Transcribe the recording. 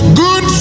good